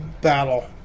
battle